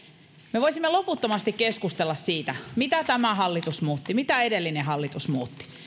me voisimme loputtomasti keskustella siitä mitä tämä hallitus muutti ja mitä edellinen hallitus muutti